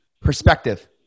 Perspective